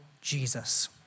Jesus